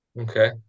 Okay